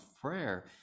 prayer